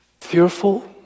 fearful